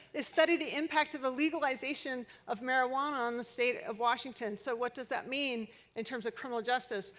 is study the impact of the legalization of marijuana on the state of of washington. so what does that mean in terms of criminal justice.